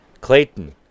Clayton